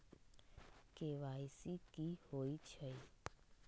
KYC कि होई छई?